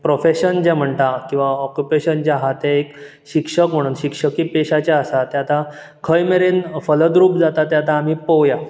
profession जें म्हणटा किंवा ऑकुपॅशन जें आसा तें एक शिक्षक म्हणून शिक्षकी पेशाचें आसा तें आतां खंय मेरेन फल दुरूक जाता तें आतां आमी पळोवया